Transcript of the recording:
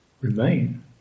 remain